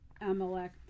Amalek